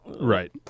Right